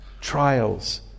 Trials